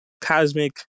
Cosmic